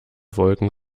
wolken